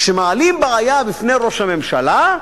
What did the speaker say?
כשמעלים בעיה בפני ראש הממשלה,